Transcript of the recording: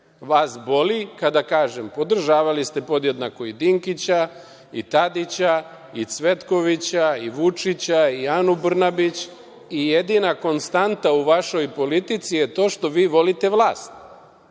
boli kada kažem - podržavali ste podjednako i Dinkića i Tadića i Cvetkovića i Vučića i Anu Brnabić. I jedina konstanta u vašoj politici je to što vi volite vlast. Niko